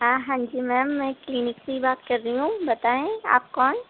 آ ہاں جی میم میں کلینک سے ہی بات کر رہی ہوں بتائیں آپ کون